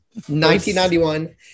1991